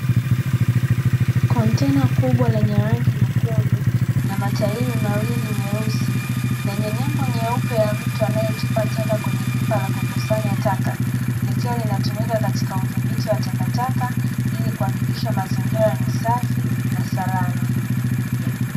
Kontena kubwa lenye rangi nyekundu na matairi mawili meusi, lenye nembo nyeupe na mtu anaetupa taka kwenye pipa, likwa linashiria udhibiti wa taka, ili kuhakikisha mazingira nmi safi na salama.